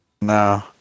No